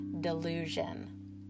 delusion